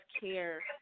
care